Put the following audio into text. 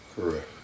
Correct